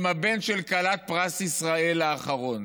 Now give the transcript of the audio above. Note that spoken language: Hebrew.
עם הבן של כלת פרס ישראל האחרון